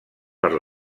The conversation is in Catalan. per